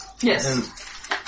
Yes